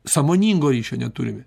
sąmoningo ryšio neturime